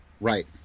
Right